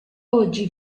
oggi